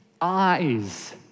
eyes